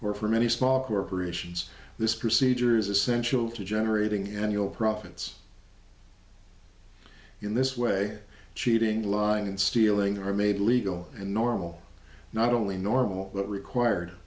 or for many small corporations this procedure is essential to generating annual profits in this way cheating lying and stealing are made legal and normal not only normal but required